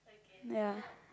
ya